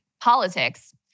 politics